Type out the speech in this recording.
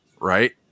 right